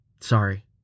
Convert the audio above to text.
Sorry